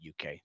uk